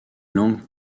langues